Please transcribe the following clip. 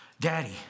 Daddy